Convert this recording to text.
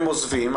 הם עוזבים,